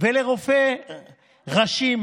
ולרופא ראשי,